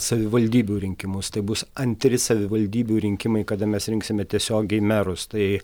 savivaldybių rinkimus tai bus antri savivaldybių rinkimai kada mes rinksime tiesiogiai merus tai